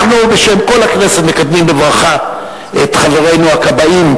אנחנו בשם כל הכנסת מקדמים בברכה את חברינו הכבאים,